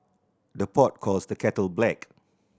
the pot calls the kettle black